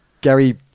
Gary